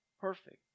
perfect